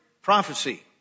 prophecy